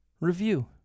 review